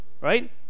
Right